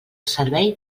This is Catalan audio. servei